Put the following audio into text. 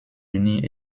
unis